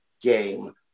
game